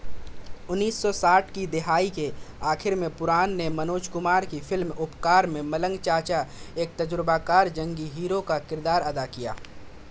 انیس سو ساٹھ کی دہائی کے آخر میں پران نے منوج کمار کی فلم اپکار میں ملنگ چاچا ایک تجربہ کار جنگی ہیرو کا کردار ادا کیا